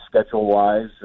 schedule-wise